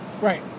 Right